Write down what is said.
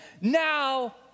now